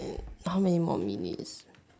how many more minutes